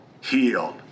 healed